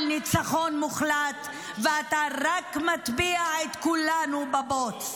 על ניצחון מוחלט, ואתה רק מטביע את כולנו בבוץ.